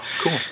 Cool